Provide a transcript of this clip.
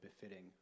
befitting